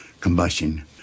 combustion